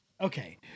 Okay